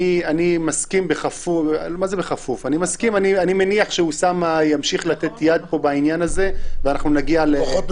אני מסכים ואני מניח שאוסאמה ימשיך לתת יד בעניין הזה ונצליח...